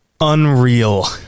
Unreal